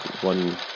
one